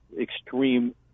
extreme